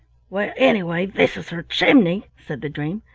well, anyway, this is her chimney, said the dream,